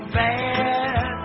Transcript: bad